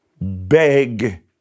beg